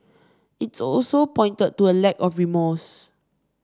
its also pointed to a lack of remorse